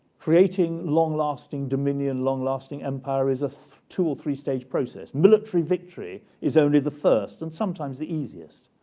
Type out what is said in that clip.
creating long-lasting dominion, long-lasting empire is a two or three-stage process, military victory is only the first and sometimes the easiest.